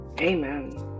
Amen